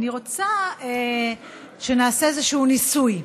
אני רוצה שנעשה איזשהו ניסוי,